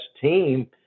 team